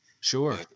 Sure